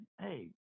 hey